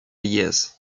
years